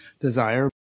desire